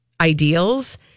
ideals